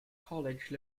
college